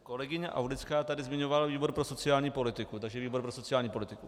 Kolegyně Aulická tady zmiňovala výbor pro sociální politiku, takže výbor pro sociální politiku.